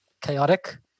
chaotic